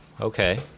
okay